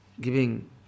giving